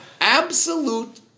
absolute